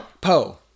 Poe